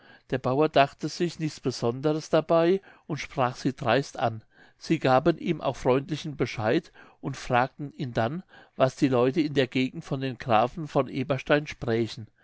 der bauer dachte sich nichts besonderes dabei und sprach sie dreist an sie gaben ihm auch freundlichen bescheid und fragten ihn dann was die leute in der gegend von den grafen von eberstein sprächen